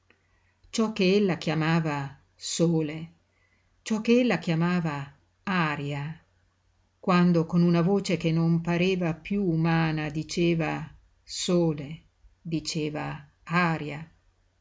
ciò che ella chiamava sole ciò che ella chiamava aria quando con una voce che non pareva piú umana diceva sole diceva aria